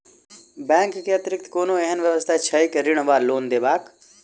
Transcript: Bank केँ अतिरिक्त कोनो एहन व्यवस्था छैक ऋण वा लोनदेवाक?